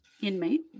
Inmate